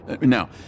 Now